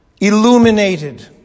Illuminated